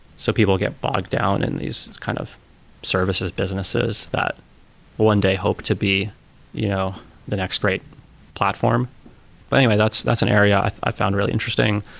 so people get bogged down in these kind of services businesses, that one day hope to be you know the next great platform but anyway, that's that's an area i found really interesting.